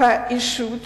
האישות